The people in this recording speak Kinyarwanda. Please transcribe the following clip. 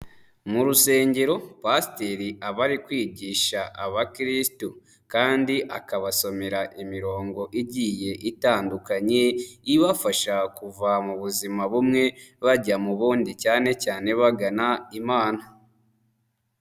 Mu rusengero pasiteri abari kwigisha abakirisitu kandi akabasomera imirongo igiye itandukanye, ibafasha kuva mu buzima bumwe, bajya mu bundi cyane cyane bagana imana.